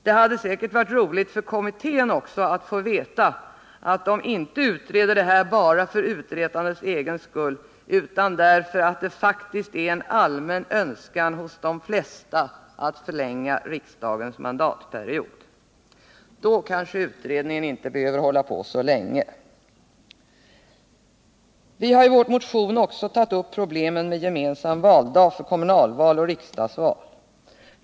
Det hade säkert varit roligt också för kommittén att få veta att den Torsdagen den inte utreder det här bara för utredandets egen skull utan därför att det faktiskt 5 oktober 1978 är en allmän önskan hos de flesta att förlänga riksdagens mandatperiod. Då kanske utredningen inte behöver hålla på så länge. Vi har i vår motion också tagit upp problemen med en gemensam valdag för kommunalval och riksdagsval.